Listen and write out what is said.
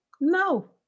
No